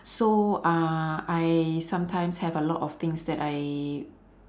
so uh I sometimes have a lot of things that I